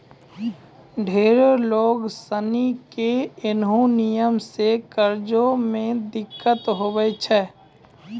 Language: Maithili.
ढेरो लोग सनी के ऐन्हो नियम से कर्जा मे दिक्कत हुवै छै